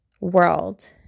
world